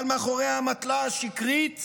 אבל מאחורי האמתלה השקרית